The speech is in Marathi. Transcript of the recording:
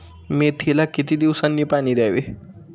मेथीला किती दिवसांनी पाणी द्यावे?